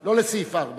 לא לסעיף 4,